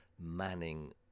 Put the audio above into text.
manning